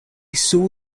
saw